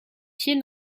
pieds